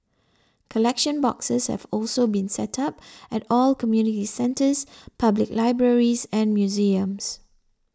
collection boxes have also been set up at all community centres public libraries and museums